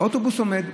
אוטובוס שעומד,